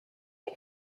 che